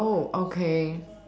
oh okay